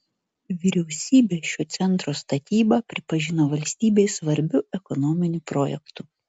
vyriausybė šio centro statybą pripažino valstybei svarbiu ekonominiu projektu